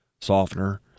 softener